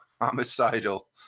homicidal